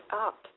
up